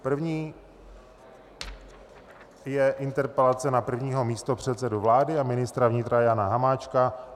První je interpelace na prvního místopředsedu vlády a ministra vnitra Jana Hamáčka.